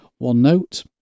OneNote